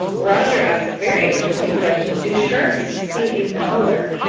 roger asked a very interesting question. do sharks see in color?